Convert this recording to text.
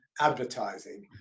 advertising